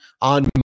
on